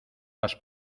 las